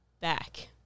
back